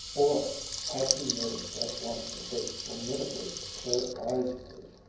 or had he noticed at once, with those formidably clear eyes of his,